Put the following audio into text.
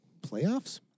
playoffs